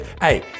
Hey